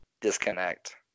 disconnect